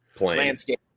landscape